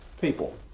people